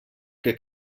que